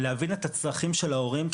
להבין את הצרכים של ההורים,